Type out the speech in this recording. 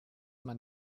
man